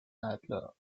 nadler